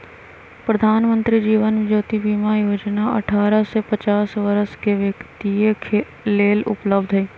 प्रधानमंत्री जीवन ज्योति बीमा जोजना अठारह से पचास वरस के व्यक्तिय लेल उपलब्ध हई